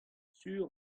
sur